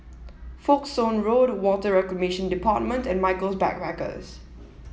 Folkestone Road Water Reclamation Department and Michaels Backpackers